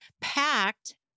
packed